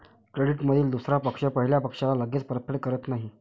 क्रेडिटमधील दुसरा पक्ष पहिल्या पक्षाला लगेच परतफेड करत नाही